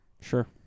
Sure